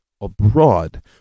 abroad